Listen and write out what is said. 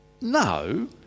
No